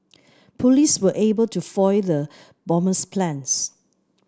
police were able to foil the bomber's plans